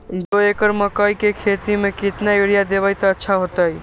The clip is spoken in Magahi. दो एकड़ मकई के खेती म केतना यूरिया देब त अच्छा होतई?